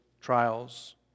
trials